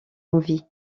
envie